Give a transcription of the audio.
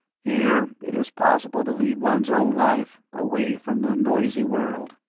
here it is possible to lead one's own life, away from the noisy world,